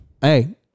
Hey